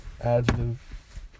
Adjective